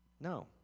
No